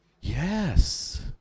Yes